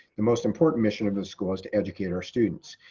the most important mission of the school is to educate our students.